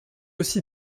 aussi